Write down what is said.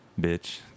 bitch